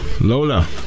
Lola